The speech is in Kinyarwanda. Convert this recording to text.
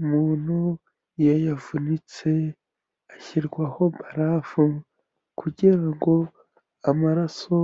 Umuntu iyo yavunitse ashyirwaho barafu kugira ngo amaraso